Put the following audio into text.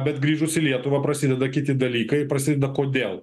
bet grįžus į lietuvą prasideda kiti dalykai prasideda kodėl